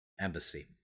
Embassy